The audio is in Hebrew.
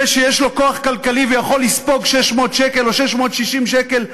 זה שיש לו כוח כלכלי והוא יכול לספוג 600 שקל או 660 שקל קנס,